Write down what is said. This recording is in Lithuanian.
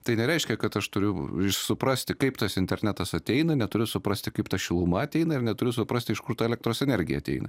tai nereiškia kad aš turiu suprasti kaip tas internetas ateina neturiu suprasti kaip ta šiluma ateina ir neturiu suprasti iš kur ta elektros energija ateina